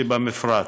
שבמפרץ.